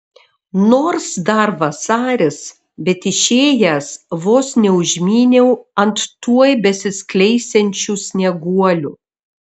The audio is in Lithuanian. nors dar vasaris bet išėjęs vos neužmyniau ant tuoj besiskleisiančių snieguolių